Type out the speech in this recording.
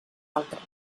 altres